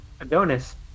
adonis